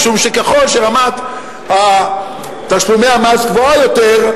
משום שככל שרמת תשלומי המס גבוהה יותר,